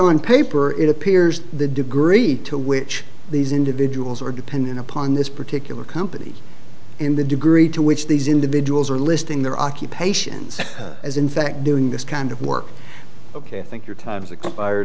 on paper it appears the degree to which these individuals are dependent upon this particular company in the degree to which these individuals are listing their occupations is in fact doing this kind of work ok i think your time's expired